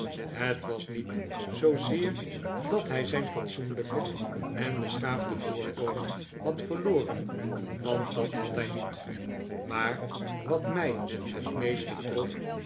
het was niet zoozeer dat hij zijn fatsoenlijke en beschaafde voorkomen had verloren want dat had hij niet maar wat mij het meeste trof